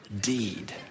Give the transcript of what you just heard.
deed